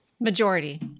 Majority